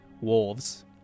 wolves